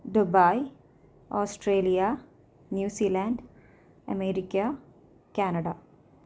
Dubai Australia New Zealand America Canada